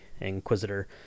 inquisitor